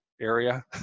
area